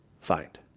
find